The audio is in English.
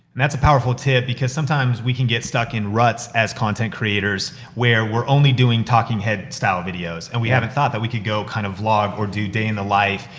and that's a powerful tip, because sometimes, we get stuck in ruts as content creators, where we're only doing talking head style videos, and we haven't thought that we could go kind of vlog, or do day in the life,